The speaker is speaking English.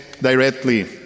directly